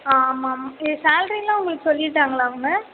ஆ ஆமாம் இது சால்ரிலாம் உங்களுக்கு சொல்லிவிட்டாங்களா அவங்க